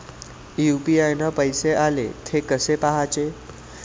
UPI न पैसे आले, थे कसे पाहाचे?